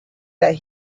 that